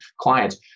clients